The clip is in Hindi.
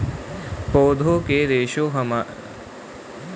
पौधों के रेशे हमारे दैनिक जीवन का हिस्सा है, किंतु हम उनसे अज्ञात हैं